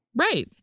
Right